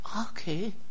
Okay